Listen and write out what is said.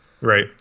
Right